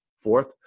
Fourth